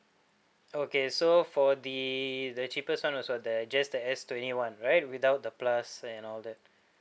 okay so for the the cheapest one was what the just the S twenty one right without the plus and all that